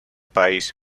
país